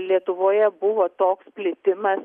lietuvoje buvo toks plitimas